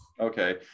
Okay